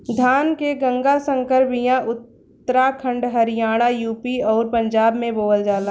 धान के गंगा संकर बिया उत्तराखंड हरियाणा, यू.पी अउरी पंजाब में बोअल जाला